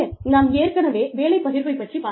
நாம் ஏற்கனவே வேலைப் பகிர்வைப் பற்றி விவாதித்தோம்